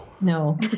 No